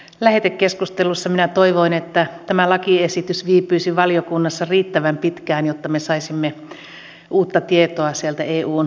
lähetekeskustelussa minä toivoin että tämä lakiesitys viipyisi valiokunnassa riittävän pitkään jotta me saisimme uutta tietoa sieltä eun liikennepaketista